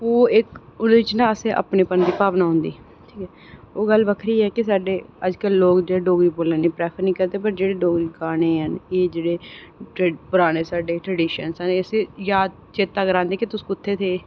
ओह् इक उतेजना असें अपनेपन दी भावना होंदी ठीक ऐ ओह् गल्ल बक्खरी ऐ कि अजकल साढ़े लोग जेह्के डोगरी बोलने दी प्रेफर निं करदे पर जेह्के डोगरी गाने न एह् जेह्ड़े पराने साढ़े ट्रडीशन न इसी याद चेता करांदी कि तुस कुत्थै दे